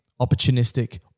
opportunistic